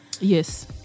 yes